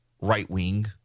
right-wing